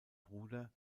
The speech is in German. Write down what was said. bruder